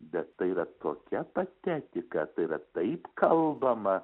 bet tai yra tokia patetika tai yra taip kalbama